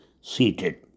seated